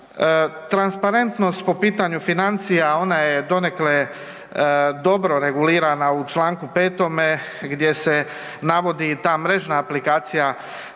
Transparentnost po pitanju financija ona je donekle dobro regulirana u Članku 5. gdje se navodi i ta mrežna aplikacija